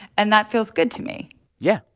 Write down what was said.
and that feels good to me yeah,